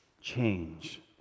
change